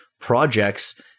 projects